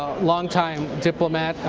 long-time diplomat,